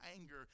anger